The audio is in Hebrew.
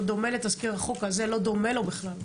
תזכיר החוק הזה לא דומה לו בכלל.